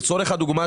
לצורך הדוגמה,